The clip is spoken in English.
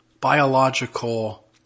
biological